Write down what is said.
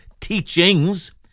teachings